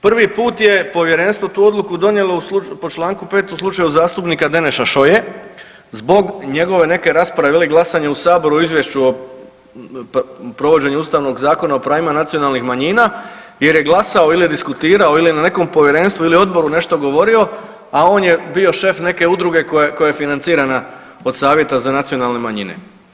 Prvi put je Povjerenstvo tu odluku donijelo po članku 5, u slučaju zastupnika Deneša Šoje, zbog njegove neke rasprave ili glasanja u Saboru o Izvješću provođenju ustavnog zakona o pravima nacionalnih manjina, il je glasao il je diskutirao il je na nekom Povjerenstvu ili Odboru nešto govorio, a on je bio šef neke Udruge koja je financirana od Savjeta za nacionalne manjine.